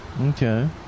Okay